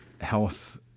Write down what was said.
health